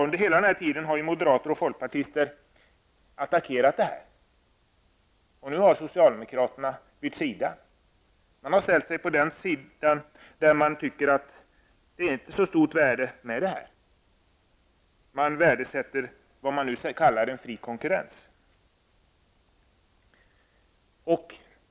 Under hela den här tiden har moderater och folkpartister attackerat det. Nu har socialdemokraterna bytt sida och ställt sig på den sidan där man tycker att det inte har så stort värde. Man värdesätter vad som kallas fri konkurrens.